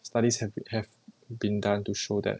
studies have have been done to show that